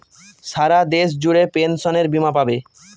সারা দেশ জুড়ে পেনসনের বীমা পাবে